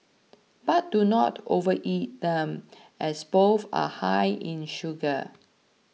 but do not overeat them as both are high in sugar